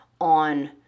on